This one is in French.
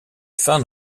fin